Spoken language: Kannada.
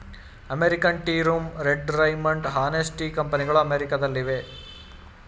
American tee room, red Raymond, Hanes tee ಕಂಪನಿಗಳು ಅಮೆರಿಕದಲ್ಲಿವೆ